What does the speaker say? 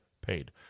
paid